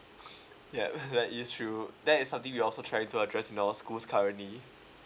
yeah that is true that is something we're also trying to address in our schools currently